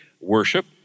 worship